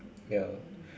ya